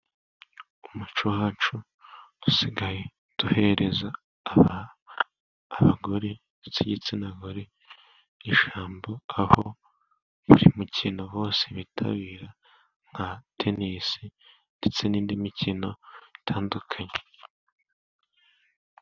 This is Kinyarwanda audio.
Mu muco wacu dusigaye duhereza abagore ndetse igitsina gore ijambo, aho buri mukino wose bitabira nka tenisi, ndetse n'indi mikino itandukanye.